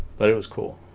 but it was cool